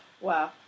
Wow